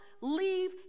leave